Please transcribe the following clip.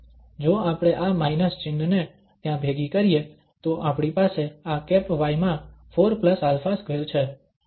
જો આપણે આ માઇનસ ચિહ્નને ત્યાં ભેગી કરીએ તો આપણી પાસે આ y માં 4α2 છે